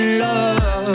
love